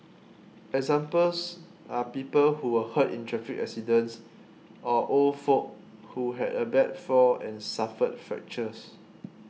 examples are people who were hurt in traffic accidents or old folk who had a bad fall and suffered fractures